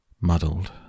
muddled